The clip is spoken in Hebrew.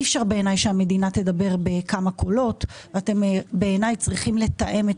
בעיניי אי אפשר שהמדינה תדבר בכמה קולות ובעיניי אתם צריכים לתאם את